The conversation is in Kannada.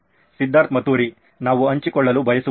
ಸಿದ್ಧಾರ್ಥ್ ಮತುರಿ ನಾವು ಹಂಚಿಕೊಳ್ಳಲು ಬಯಸುವುದಿಲ್ಲ